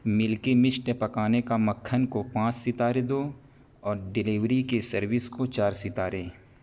ملکی مسٹ پکانے کا مکھن کو پانچ ستارے دو اور ڈیلیوری کی سروس کو چار ستارے